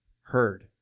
heard